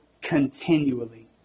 continually